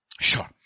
sure